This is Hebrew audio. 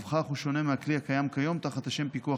ובכך הוא שונה מהכלי הקיים כיום תחת השם "פיקוח